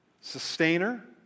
sustainer